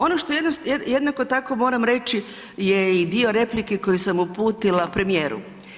Ono što jednako tako moram reći je i dio replike koji sam uputila premijeru.